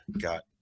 Got